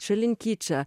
šalin kičą